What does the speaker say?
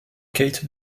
kate